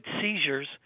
seizures